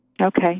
Okay